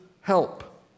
help